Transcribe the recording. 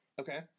Okay